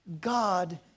God